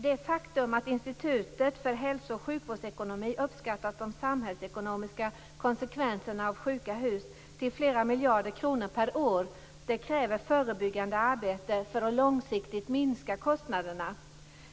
Det faktum att Institutet för hälso och sjukvårdsekonomi uppskattat de samhällsekonomiska konsekvenserna av sjuka hus till flera miljarder kronor per år kräver förebyggande arbete för att långsiktigt minska kostnaderna.